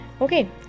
Okay